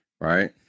right